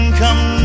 come